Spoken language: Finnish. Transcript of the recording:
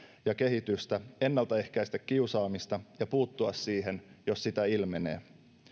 ja kehitystä ennaltaehkäistä kiusaamista ja puuttua siihen jos sitä ilmenee